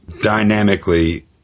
dynamically